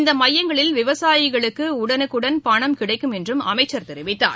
இந்தமையங்களில் விவசாயிகளுக்குஉடனுக்குடன் பணம் கிடைக்கும் என்றும் அமைச்சர் தெரிவித்தார்